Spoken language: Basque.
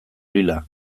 lila